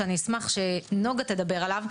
שאני אשמח שנגה תדבר עליו,